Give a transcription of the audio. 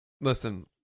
listen